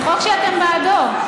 זה חוק שאתם בעדו.